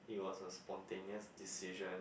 it was a spontaneous decision